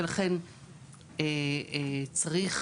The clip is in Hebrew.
ולכן צריך